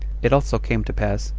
it also came to pass,